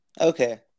Okay